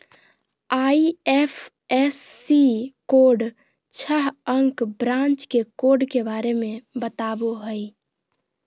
IFSC code छह अंक branch के कोड के बारे में बतावो हइ